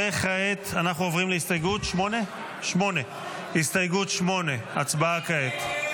כעת אנחנו עוברים להסתייגות 8. הצבעה כעת.